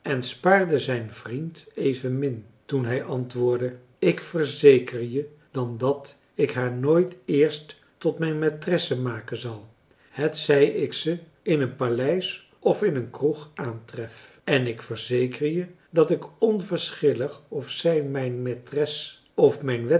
spaarde zijn vriend evenmin toen hij antwoordde ik verzeker je dan dat ik haar nooit eerst tot mijn maitresse maken zal hetzij ik ze in een paleis of in een kroeg aantref en ik verzeker je dat ik onverschillig of zij mijn maitres of mijn